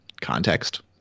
context